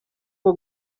bwo